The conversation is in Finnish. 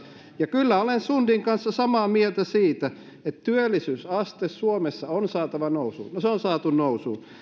ja kyllä olen sundin kanssa samaa mieltä siitä että työllisyysaste suomessa on saatava nousuun no se on saatu nousuun